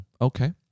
Okay